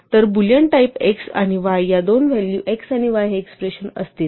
तर Boolean type ची x आणि y ह्या दोन व्हॅलू x आणि y ही एक्सप्रेशन असतील